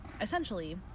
essentially